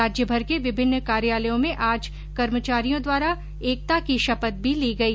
राज्यभर के विभिन्न कार्यालयों में आज कर्मचारियों द्वारा एकता की शपथ भी ली गई